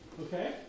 Okay